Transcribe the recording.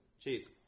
Cheers